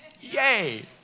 Yay